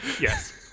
Yes